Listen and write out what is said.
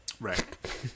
right